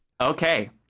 Okay